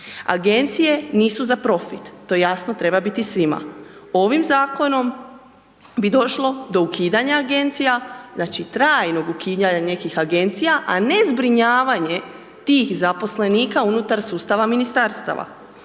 Agencije nisu za profit, to jasno treba biti svima, ovim zakonom bi došlo do ukidanja agencija, znači trajnog ukidanja nekih agencija a ne zbrinjavanje tih zaposlenika unutar sustava ministarstava,